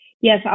Yes